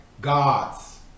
God's